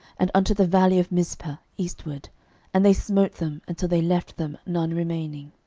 and unto the valley of mizpeh eastward and they smote them, until they left them none remaining.